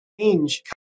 change